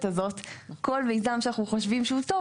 הזאת כל מיזם שאנחנו חושבים שהוא טוב,